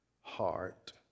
heart